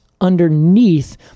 underneath